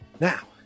Now